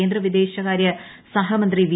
കേന്ദ്ര വിദേശകാരൃ സഹമന്ത്രി വി